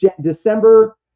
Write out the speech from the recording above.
December